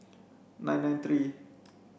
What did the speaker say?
nine nine three